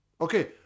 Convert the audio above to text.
Okay